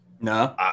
No